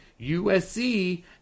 USC